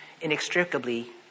inextricably